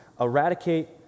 eradicate